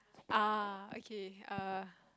ah okay err